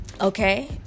okay